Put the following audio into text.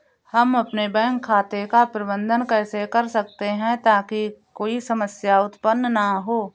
हम अपने बैंक खाते का प्रबंधन कैसे कर सकते हैं ताकि कोई समस्या उत्पन्न न हो?